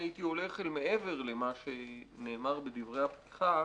אני אדוני הייתי הולך אל מעבר למה שנאמר בדברי הפתיחה